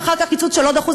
אחר כך קיצוץ של 1.5%,